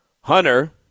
Hunter